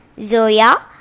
Zoya